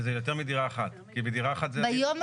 היום,